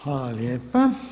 Hvala lijepa.